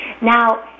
Now